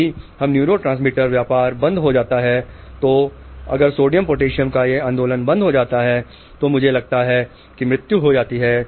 यदि यह न्यूरोट्रांसमीटर व्यापार बंद हो जाता है अगर सोडियम पोटेशियम का यह आंदोलन बंद हो जाता है तो मुझे लगता है कि मृत्यु हो जाएगी